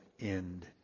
end